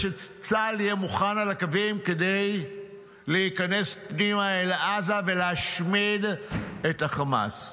צה"ל יהיה מוכן על הקווים כדי להיכנס פנימה לעזה ולהשמיד את החמאס.